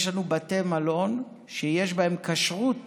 יש לנו בתי מלון שיש בהם כשרות